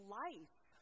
life